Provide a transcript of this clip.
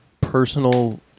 personal